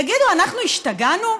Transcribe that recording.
תגידו, אנחנו השתגענו?